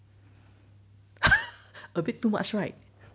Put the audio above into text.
a bit too much right